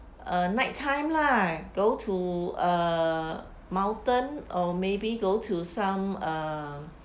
err night time lah go to a mountain or maybe go to some uh